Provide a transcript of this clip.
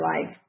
life